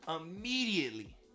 Immediately